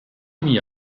mis